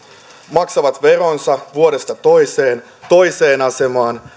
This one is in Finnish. maksavat veronsa vuodesta toiseen toiseen asemaan